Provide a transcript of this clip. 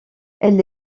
elle